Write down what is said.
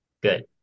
Good